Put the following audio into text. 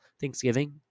Thanksgiving